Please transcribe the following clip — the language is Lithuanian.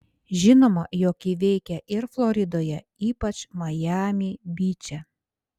žinoma jog ji veikia ir floridoje ypač majami byče